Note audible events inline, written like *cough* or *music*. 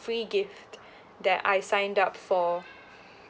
free gift *breath* that I signed up for